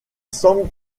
semble